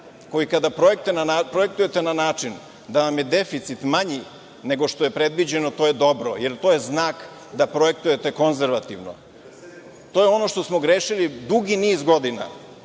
koji kada projektujete na način da vam je deficit manji nego što je predviđeno, to je dobro, jer to je znak da projektujete konzervativno. To je ono što smo grešili dugi niz godina